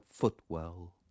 footwell